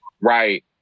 Right